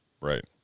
Right